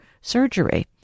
surgery